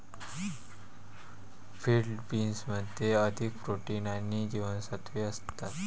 field बीन्समध्ये अधिक protein आणि जीवनसत्त्वे असतात